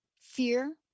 Fear